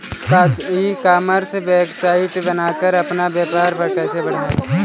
ई commerce website बनाकर अपना व्यापार कैसे बढ़ाएँ?